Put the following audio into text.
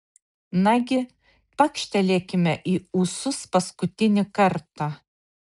nagi pakštelėkime į ūsus paskutinį kartą